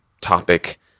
topic